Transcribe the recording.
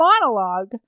monologue